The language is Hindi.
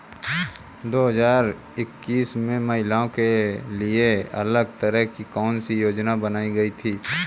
दो हजार इक्कीस में महिलाओं के लिए अलग तरह की कौन सी योजना बनाई गई है?